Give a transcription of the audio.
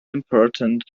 important